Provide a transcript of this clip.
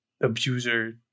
abuser